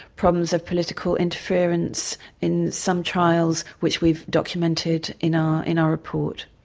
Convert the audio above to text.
problems of political interference in some trials which we've documented in ah in our report.